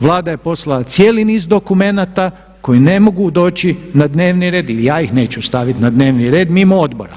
Vlada je poslala cijeli niz dokumenata koji ne mogu doći na dnevni red ili ja ih neću staviti na dnevni red mimo odbora.